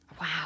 Wow